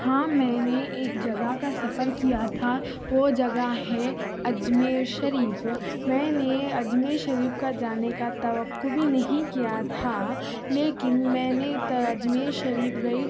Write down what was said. ہاں میں نے ایک جگہ کا سفر کیا تھا وہ جگہ ہے اجمیر شریف میں نے اجمیر شریف کا جانے کا توقع بھی نہیں کیا تھا لیکن میں نے اجمیر شریف گئی